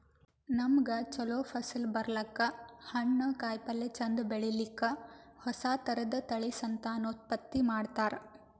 ನಮ್ಗ್ ಛಲೋ ಫಸಲ್ ಬರ್ಲಕ್ಕ್, ಹಣ್ಣ್, ಕಾಯಿಪಲ್ಯ ಚಂದ್ ಬೆಳಿಲಿಕ್ಕ್ ಹೊಸ ಥರದ್ ತಳಿ ಸಂತಾನೋತ್ಪತ್ತಿ ಮಾಡ್ತರ್